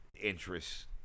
interests